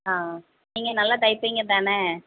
ஆ நீங்கள் நல்லா தைப்பீங்க தானே